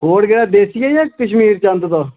खोड़ केह्ड़ा देसी ऐ जा कश्मीर चा आंदे दा